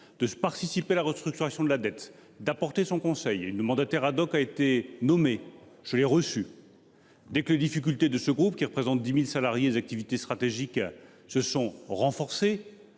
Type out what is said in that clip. de participer à la restructuration de la dette et d’apporter son conseil. Un mandataire a été nommé ; je l’ai reçu. Dès que les difficultés de ce groupe, qui compte 10 000 salariés et exerce des activités stratégiques, se sont renforcées,